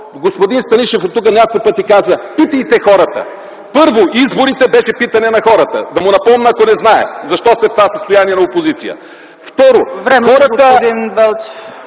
господин Станишев оттук на няколко пъти каза: питайте хората. Първо, изборите беше питане на хората – да му напомня, ако не знае защо сте в това състояние на опозиция. ПРЕДСЕДАТЕЛ